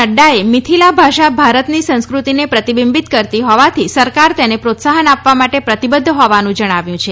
નઙાએ મિથિલા ભાષા ભારતની સંસ્કૃતિને પ્રતિબંબિત કરતી હોવાથી સરકાર તેને પ્રોત્સાહન આપવા માટે પ્રતિબદ્ધ હોવાનું જણાવ્યું છે